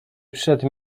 przyszedł